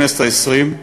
הכנסת העשרים,